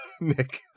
Nick